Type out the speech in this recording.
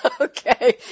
Okay